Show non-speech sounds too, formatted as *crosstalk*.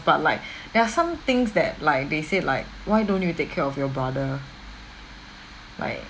but like *breath* there are some things that like they said like why don't you take care of your brother like